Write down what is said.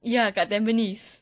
ya dekat tampines